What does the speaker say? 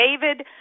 David